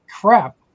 Crap